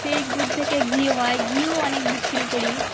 সেই দুধ থেকে ঘি হয় ঘিও অনেক বিক্রি করি